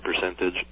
percentage